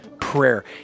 prayer